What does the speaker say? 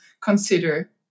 consider